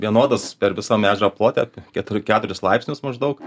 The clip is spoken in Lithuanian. vienodas per visam ežero plote keturi keturis laipsnius maždaug